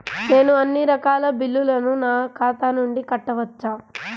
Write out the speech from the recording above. నేను అన్నీ రకాల బిల్లులను నా ఖాతా నుండి కట్టవచ్చా?